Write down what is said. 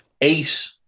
Eight